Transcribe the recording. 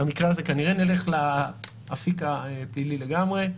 במקרה הזה כנראה נלך לאפיק הפלילי לגמרי.